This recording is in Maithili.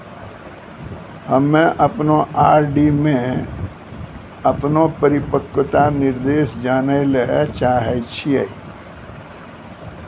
हम्मे अपनो आर.डी मे अपनो परिपक्वता निर्देश जानै ले चाहै छियै